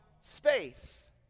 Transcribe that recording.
space